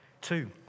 Two